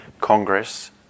Congress